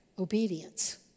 Obedience